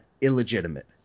illegitimate